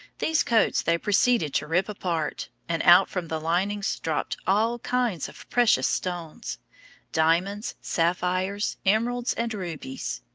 these coats they proceeded to rip apart, and out from the linings dropped all kinds of precious stones diamonds, sapphires, emeralds, and rubies.